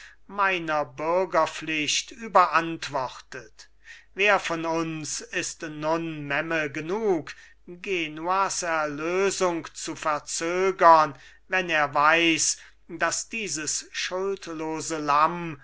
meiner bürgerpflicht überantwortet wer von uns ist nun memme genug genuas erlösung zu verzögern wenn er weiß daß dieses schuldlose lamm